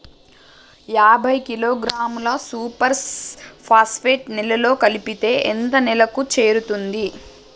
యాభై కిలోగ్రాముల super phosphate నేలలో కలిపితే ఎంత నేలకు చేరుతది?